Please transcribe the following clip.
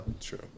True